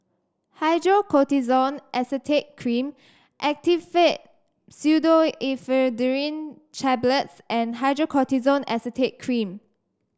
Hydrocortisone Acetate Cream Actifed Pseudoephedrine Tablets and Hydrocortisone Acetate Cream